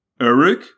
Eric